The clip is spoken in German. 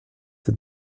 den